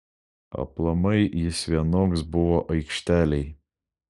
aplamai jis vienoks buvo aikštelėj